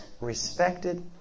respected